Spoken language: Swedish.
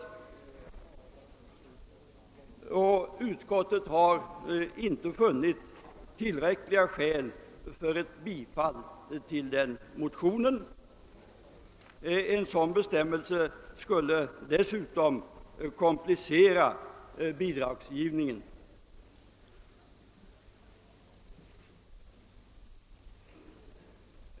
Utskottet har inte funnit tillräckliga skäl för ett bifall till denna motion. En sådan bestänimelse skulle dessutom komplicera" Bie dragsgivningen.